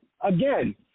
again